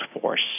force